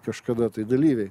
kažkada tai dalyviai